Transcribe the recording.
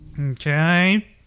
Okay